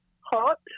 Hot